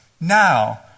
now